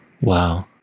Wow